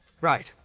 Right